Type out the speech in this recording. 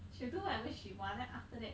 she'll do whatever she want then after that